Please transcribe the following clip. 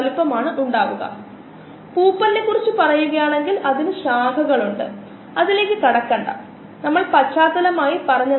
നമുക്ക് ഗ്ലൂക്കോസിനു ഒരു പകരക്കാരൻ ഉണ്ടെങ്കിൽ അത് അത്ര ചെലവേറിയതല്ല അത് വ്യവസായത്തിന് വളരെ നല്ലതാണ് കാരണം ഇത് ബയോപ്രോസസിന്റെ വില കുറയ്ക്കുന്നു